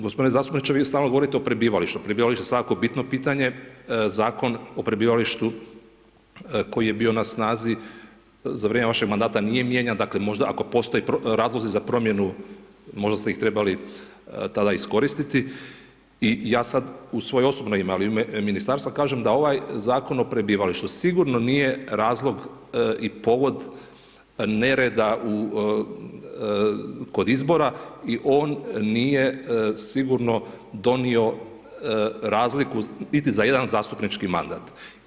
G. zastupniče, vi stalno govorite o prebivalištu, prebivalište je svakako bitno pitanje, Zakon o prebivalištu koji je bio na snazi za vrijeme vašeg mandata nije mijenjan, dakle ako možda ako postoje razlozi za promjenu, možda ste ih trebali tada iskoristiti, i ja sad u svoje osobno ime, ali i u ime ministarstva, kažem da ovaj Zakon o prebivalištu sigurno nije razlog i povod nereda kod izbora i on nije sigurno donio razliku niti za jedan zastupnički mandat.